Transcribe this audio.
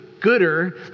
gooder